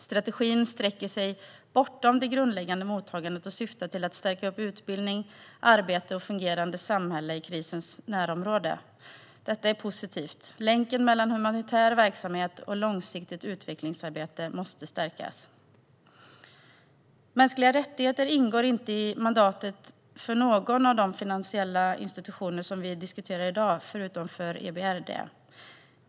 Strategin sträcker sig bortom det grundläggande mottagandet och syftar till att stärka utbildning, arbete och fungerande samhällen i krisens närområde. Detta är positivt. Länken mellan humanitär verksamhet och långsiktigt utvecklingsarbete måste stärkas. Mänskliga rättigheter ingår inte i mandatet för någon av de finansiella institutioner som vi diskuterar i dag förutom för EBRD.